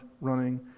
running